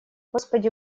господи